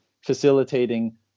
facilitating